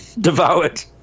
devoured